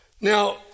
Now